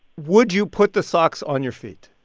would you put the socks on your feet?